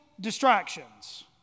distractions